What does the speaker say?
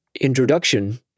introduction